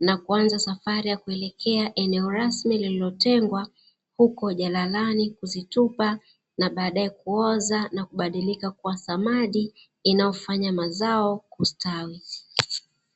na kuanza safari ya kuelekea eneo rasmi lililotengwa huko jalalani kuzitupa na baadaye kuoza na kubadilika kuwa mbolea inayofanya mazao kustawi.